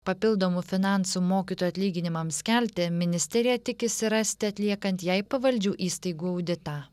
papildomų finansų mokytojų atlyginimams kelti ministerija tikisi rasti atliekant jai pavaldžių įstaigų auditą